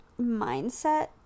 mindset